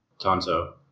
Tonto